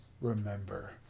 remember